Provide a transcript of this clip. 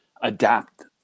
adapt